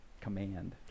command